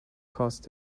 cost